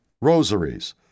rosaries